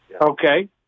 Okay